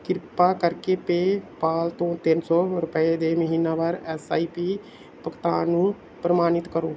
ਕਿਰਪਾ ਕਰਕੇ ਪੇਪਾਲ ਤੋਂ ਤਿੰਨ ਸੌ ਰੁਪਏ ਦੇ ਮਹੀਨਾਵਾਰ ਐਸ ਆਈ ਪੀ ਭੁਗਤਾਨ ਨੂੰ ਪ੍ਰਮਾਣਿਤ ਕਰੋ